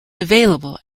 available